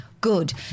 Good